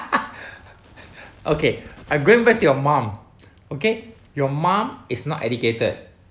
okay I going back to your mom okay your mom is not educated